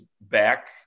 back